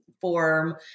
form